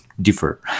differ